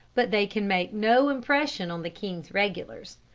but they can make no impression on the king's regulars.